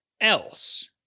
else